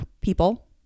people